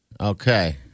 Okay